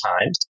times